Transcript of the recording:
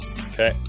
Okay